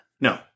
No